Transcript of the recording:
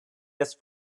has